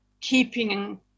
keeping